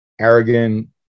arrogant